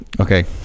Okay